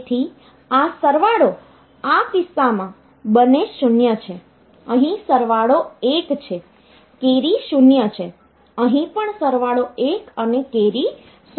તેથી આ સરવાળો આ કિસ્સામાં બંને 0 છે અહીં સરવાળો 1 છે કેરી 0 છે અહીં પણ સરવાળો 1 અને કેરી 0 છે